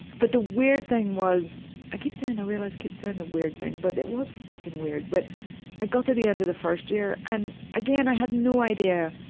but the weird thing was i keep saying i realize i keep saying the weird thing, but it was fucking weird. but i got to the end of the first year and again, i had no idea